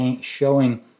showing